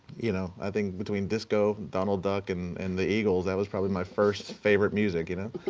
you know, i think between disco, donald duck, and and the eagles, that was probably my first favorite music, you know?